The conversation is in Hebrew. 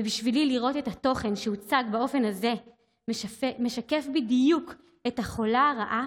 ובשבילי לראות את התוכן שהוצג באופן הזה משקף בדיוק את הרעה